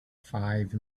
five